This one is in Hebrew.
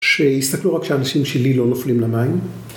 ‫שיסתכלו רק שאנשים שלי ‫לא נופלים למים.